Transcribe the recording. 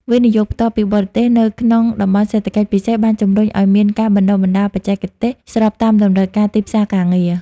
វិនិយោគផ្ទាល់ពីបរទេស នៅក្នុង តំបន់សេដ្ឋកិច្ចពិសេស បានជម្រុញឱ្យមានការបណ្ដុះបណ្ដាលបច្ចេកទេស ស្របតាមតម្រូវការទីផ្សារការងារ។